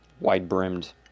wide-brimmed